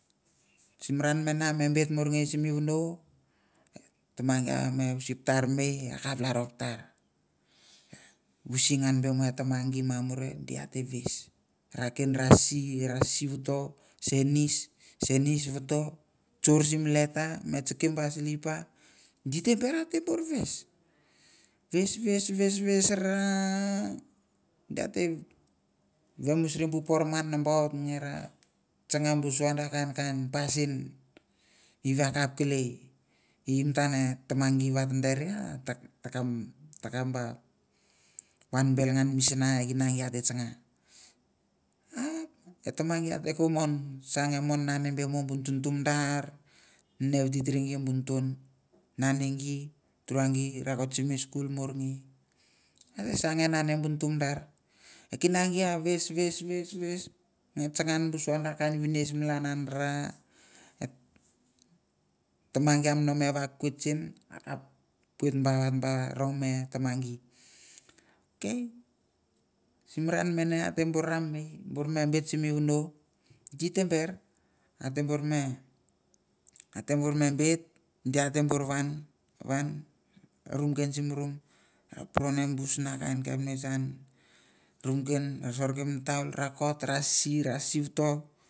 Sim ra namene ame bet morngei sim vono, tama gi ame lalro patar me akap lalro patar, usi ngan mo e tama gi namune di ate ves, ra ken ra si, ra si vato, senis, senis voto tsor simi leta tseke ba silipa di tem ber a tem bor ves, ves ves, ves, ves ra di a te vemusri bu poro man nambaut nge ra tsanga bu sua da kain pasin i ve akap kelei i matan e tama gi va ta dere a ta takap takap b wanbel ngan misana e kina gi ate tsanga. A e tama gi ate ko mon sa nge mon nane be mo bu ntuntu madar, rine vititiri gi bu ntun, nane gi, tura gi rakot simi skul morngei, ate s a nge nane bur ntu madar e kina gi a ves ves ves ves nge tsanga bu sua da kain vines malan an ra et tama gi am no me vokoit sen akapoit b avat ba rongme e tama gi. Ok sim ra namene ate bor ranmei me bet simi vono, di te ber, ate bor me, ate bor me bet di ate bor van van rumken sim rum, ra poro ne bu sana kain kapnets an, rumken ra sorke mi taul rakot ra si si vato.